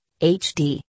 HD